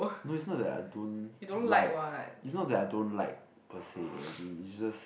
no it's not that I don't like it's not that I don't like per se as in it's just